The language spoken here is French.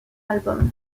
album